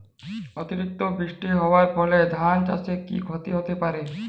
অতিরিক্ত বৃষ্টি হওয়ার ফলে ধান চাষে কি ক্ষতি হতে পারে?